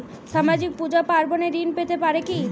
সামাজিক পূজা পার্বণে ঋণ পেতে পারে কি?